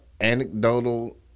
anecdotal